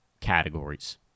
categories